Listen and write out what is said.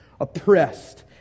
oppressed